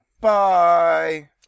Bye